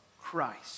Christ